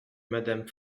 madame